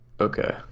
Okay